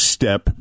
step